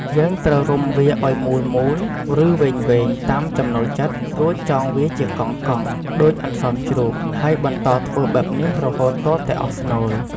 យើងត្រូវរុំវាឱ្យមូលៗ ឬវែងៗតាមចំណូលចិត្ត រួចចងវាជាកង់ៗ ដូចអន្សមជ្រូក ហើយបន្តធ្វើបែបនេះរហូតទាល់តែអស់ស្នូល។